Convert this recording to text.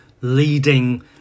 leading